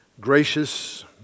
gracious